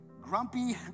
grumpy